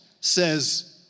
says